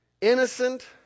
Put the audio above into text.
Innocent